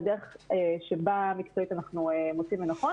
בדרך המקצועית שבה אנחנו מוצאים לנכון,